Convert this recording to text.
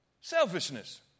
Selfishness